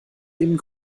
eben